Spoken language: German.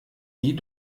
die